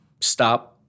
stop